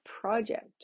project